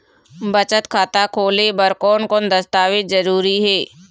बचत खाता खोले बर कोन कोन दस्तावेज जरूरी हे?